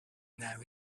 now